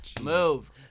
move